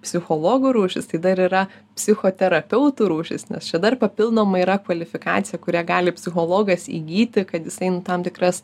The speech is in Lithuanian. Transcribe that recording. psichologų rūšys tai dar yra psichoterapeutų rūšys nes čia dar papildoma yra kvalifikacija kurią gali psichologas įgyti kad jisai nu tam tikras